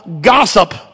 gossip